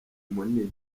munini